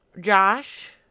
josh